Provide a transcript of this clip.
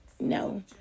no